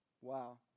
wow